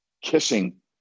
Kissing